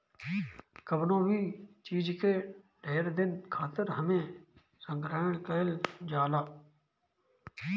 कवनो भी चीज जे ढेर दिन खातिर एमे संग्रहण कइल जाला